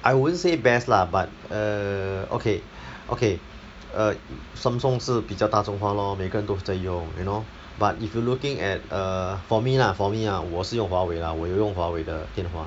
I wouldn't say best lah but err okay okay uh Samsung 是比较大众化 lor 每个人都在用 you know but if you looking at err for me lah for me ah 我是用华为 lah 我有用华为的电话